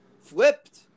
flipped